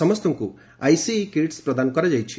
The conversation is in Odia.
ସମସ୍ତଙ୍କୁ ଆଇସିଇ କିଟ୍ସ ପ୍ରଦାନ କରାଯାଇଛି